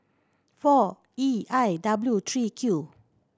four E I W three Q